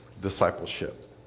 discipleship